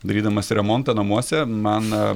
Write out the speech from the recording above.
darydamas remontą namuose man